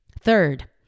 Third